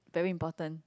very important